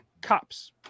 Cops